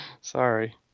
Sorry